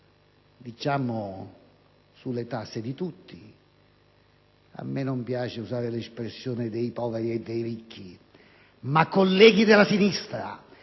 basata sulle tasse di tutti (a me non piace usare l'espressione «dei poveri e dei ricchi»). Ma, colleghi della sinistra,